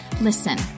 Listen